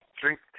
drink